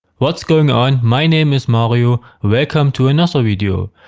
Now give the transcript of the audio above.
what's going on, my name is mario, welcome to another video.